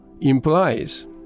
implies